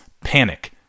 panic